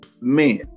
men